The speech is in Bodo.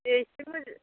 दे एसे मोजां